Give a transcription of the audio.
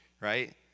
right